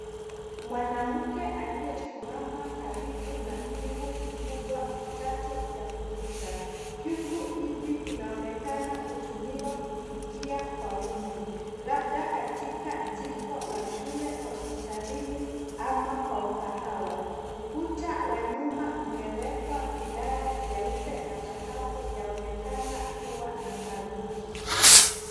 Mwanamke aliyesimama karibu na vyungu vikubwa vitatu vya kupika. Vyungu hivi vinaonekana kutumiwa kupikia kwa wingi. Labda katika jiko la shule, hospitalini, ama kwa ukahawa. Ukuta wa nyuma umewekwa vigae vyeupe na sakafu yaonekana kuwa na saruji.